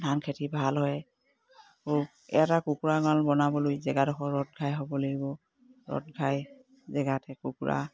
ধান খেতি ভাল হয় এটা কুকুৰা বনাবলৈ জেগাডোখৰ ৰ'দ ঘাই হ'ব লাগিব ৰ'দ ঘাই জেগাতে কুকুৰা